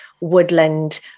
woodland